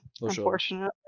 unfortunately